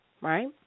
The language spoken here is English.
right